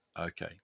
Okay